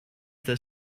there